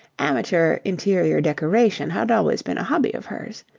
amateur interior decoration had always been a hobby of hers.